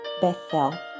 Bethel